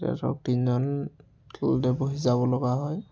তেতিয়া ধৰক তিনিজন তলতে বহি যাবলগা হয়